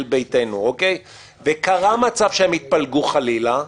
תהליך שבעצם בכנסת הקודמת קיבלנו החלטה בחוק הזה